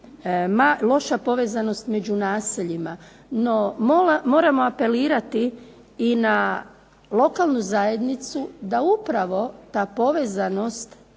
loša povezanost među naseljima. No, moramo apelirati i na lokalnu zajednicu da upravo ta povezanost